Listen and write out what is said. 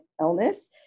illness